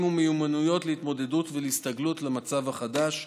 ומיומנויות להתמודדות ולהסתגלות למצב החדש.